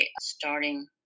starting